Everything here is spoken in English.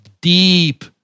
deep